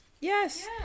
yes